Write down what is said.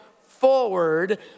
forward